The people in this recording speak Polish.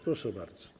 Proszę bardzo.